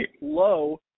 low